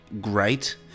great